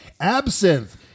Absinthe